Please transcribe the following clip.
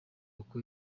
uko